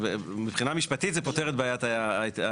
מבחינה משפטית זה פותר את בעיית החיובים.